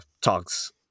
talks